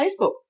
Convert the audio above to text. Facebook